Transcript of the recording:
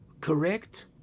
correct